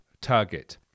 target